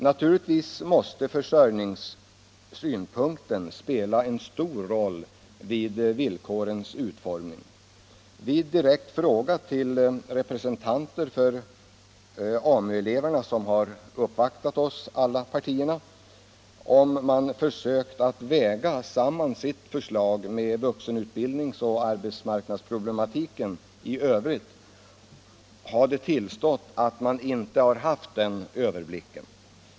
Naturligtvis måste försörjningssynpunkten spela en stor roll vid villkorens utformning. På direkt fråga till representanter för AMU-eleverna som har uppvaktat oss i alla partier, om man försökt att väga samman sitt förslag med vuxenutbildningsoch arbetsmarknadsproblematiken i övrigt, har de tillstått att man inte har haft den överblicken.